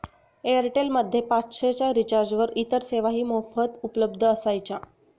Airtel मध्ये पाचशे च्या रिचार्जवर इतर सेवाही मोफत उपलब्ध असायच्या